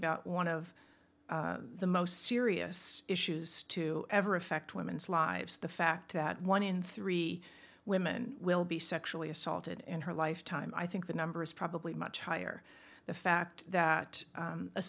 about one of the most serious issues to ever affect women's lives the fact that one in three women will be sexually assaulted in her lifetime i think the number is probably much higher the fact that